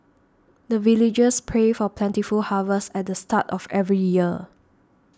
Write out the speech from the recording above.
the villagers pray for plentiful harvest at the start of every year